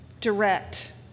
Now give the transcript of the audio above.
direct